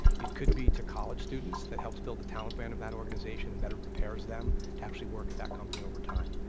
it could be to college students, that helps build the talent band of that organization and better prepares them to actually work at that company over time,